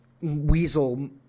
weasel